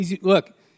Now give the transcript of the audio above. look